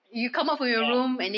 ya